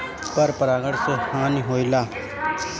पर परागण से क्या हानि होईला?